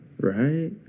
right